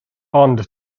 ond